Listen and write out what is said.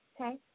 Okay